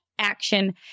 action